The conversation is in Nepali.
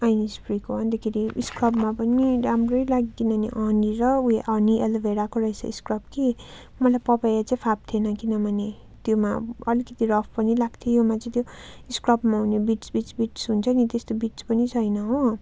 आइन्सफ्रिको अन्तखेरि स्क्रबमा पनि राम्रो लाग्यो किनभने हनी र उयो हनी र एलोभेराको रहेछ स्क्रब कि मलाई पपाया चाहिँ फाप्थेन किनभने त्यसमा अलिकति रफ पनि लाग्थ्यो यसमा चाहिँ त्यो स्क्रबमा हुन् बिट्स बिट्स बिट्स हुन्छ नि त्यस्तो बिट्स पनि छैन हो